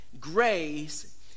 grace